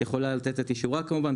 כמובן,